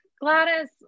Gladys